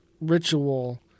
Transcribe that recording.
ritual